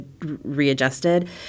readjusted